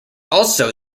also